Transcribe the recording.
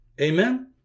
Amen